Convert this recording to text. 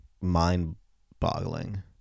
mind-boggling